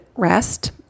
rest